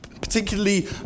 particularly